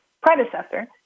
predecessor